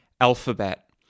alphabet